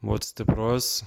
būt stiprus